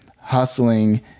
hustling